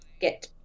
get